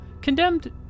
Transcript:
Condemned